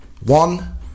One